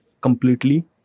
completely